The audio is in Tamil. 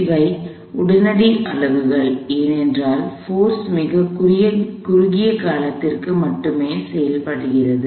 இவை உடனடி அளவுகள் ஏனென்றால் போர்ஸ் மிகக் குறுகிய காலத்திற்கு மட்டுமே செயல்படுகிறது